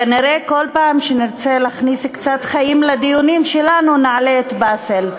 כנראה כל פעם שנרצה להכניס קצת חיים לדיונים שלנו נעלה את באסל.